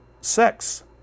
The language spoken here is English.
sex